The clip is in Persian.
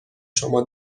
شما